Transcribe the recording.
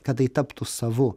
kad tai taptų savu